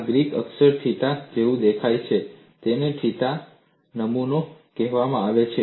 આ ગ્રીક અક્ષર થીટા જેવું દેખાય છે તેથી તેને થેટા નમૂનો કહેવામાં આવે છે